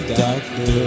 doctor